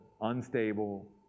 unstable